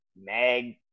Mag